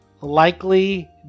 Likely